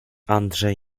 andrzej